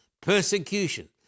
Persecution